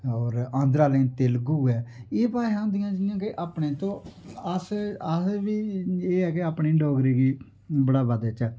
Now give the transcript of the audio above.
र आन्द्र आहले गी तेलगू ऐ एह् भाशा होंदियां जियां के अपने तू अस बी एह् है कि अपनी डोगरी बढ़ाबा देचै